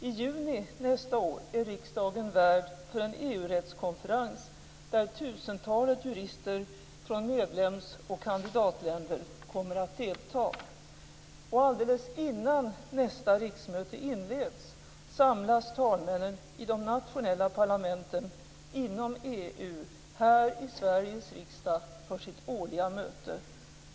I juni nästa år är riksdagen värd för en EU rättskonferens, där tusentalet jurister från medlemsoch kandidatländer kommer att delta. Alldeles innan nästa riksmöte inleds samlas talmännen i de nationella parlamenten inom EU här i Sveriges riksdag för sitt årliga möte.